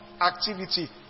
activity